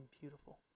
beautiful